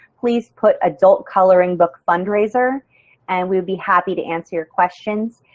please put adult coloring book fundraiser and we'll be happy to answer your questions.